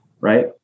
Right